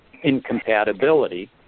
incompatibility